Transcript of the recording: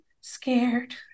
scared